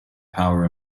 power